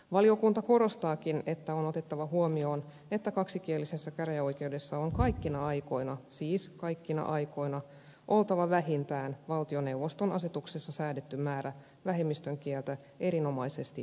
valiokunta korostaakin että on otettava huomioon että kaksikielisessä käräjäoikeudessa on kaikkina aikoina siis kaikkina aikoina oltava vähintään valtioneuvoston asetuksessa säädetty määrä vähemmistön kieltä erinomaisesti taitavia tuomareita